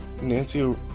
Nancy